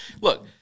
Look